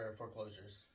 foreclosures